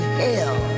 hell